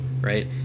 right